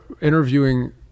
interviewing